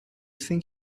think